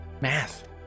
math